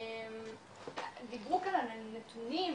דיברו כאן על הנתונים,